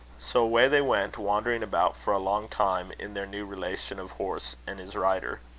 so away they went, wandering about for a long time, in their new relation of horse and his rider.